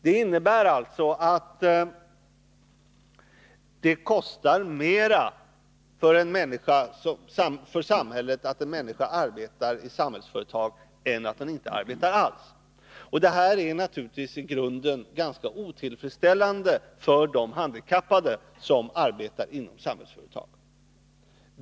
Det innebär alltså att det kostar mera för samhället att en människa arbetar i Samhällsföretag än att hon inte arbetar alls. Detta är naturligtvis i grunden ganska otillfredsställande för de handikappade som arbetar inom Samhällsföretag.